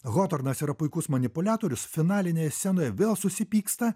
hotornas yra puikus manipuliatorius finalinėje scenoje vėl susipyksta